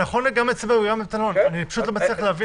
אני לא מבין.